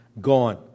gone